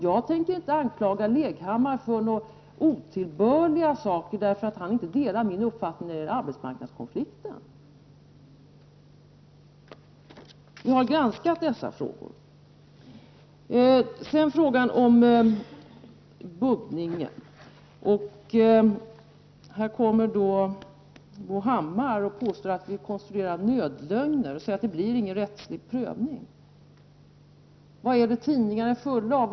Jag tänker inte anklaga Hans Leghammar för något otillbörligt bara därför att han inte delar min uppfattning när det gäller arbetsmarknadskonflikten. Vi har granskat båda dessa frågor ingående. Så till frågan om buggningen. Här påstår Bo Hammar att vi konstruerar nödlögner och säger att det inte blir någon rättslig prövning. Vad är tidningarna fulla av?